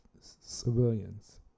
civilians